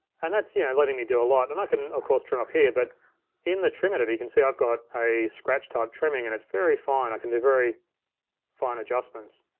and that's yeah letting me do a lot, and i can of course trim up here, but in the trim editor, you can see i've got, i scratch type trimming, and it's very fine. i can do very fine adjustments.